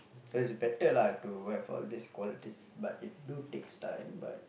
it's is better lah to have all these qualities but it do takes time but